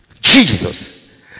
Jesus